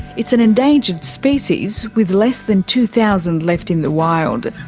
it's an endangered species with less than two thousand left in the wild.